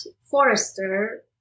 forester